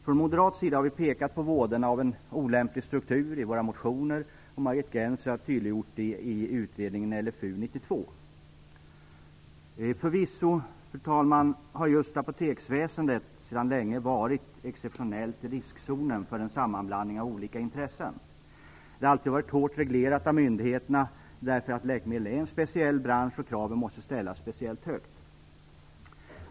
Från moderat sida har vi i våra motioner pekat på vådan av en olämplig struktur, och Margit Gennser har tydliggjort det i utredningen Förvisso, fru talman, har just apoteksväsendet länge i hög grad varit i riskzonen för en sammanblandning av olika intressen. Det har alltid varit hårt reglerat av myndigheterna därför att läkemedelsbranschen är speciell och därför att kraven inom den måste ställas speciellt högt.